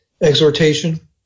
exhortation